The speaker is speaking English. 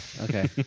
Okay